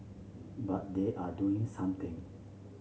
but they are doing something